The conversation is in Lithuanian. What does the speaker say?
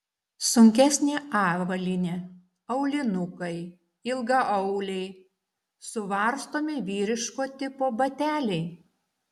sunkesnė avalynė aulinukai ilgaauliai suvarstomi vyriško tipo bateliai